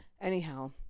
Anyhow